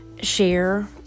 share